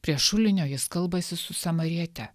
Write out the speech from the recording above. prie šulinio jis kalbasi su samariete